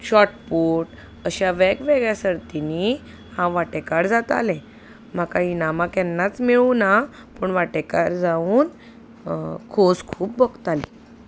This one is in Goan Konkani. शॉर्ट पूट अश्या वेगवेगळ्या सर्तींनी हांव वांटेकार जातालें म्हाका इनामां केन्नाच मेळूं ना पूण वांटेकार जावून खोस खूब भोगताली